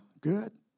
good